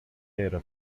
era